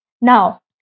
Now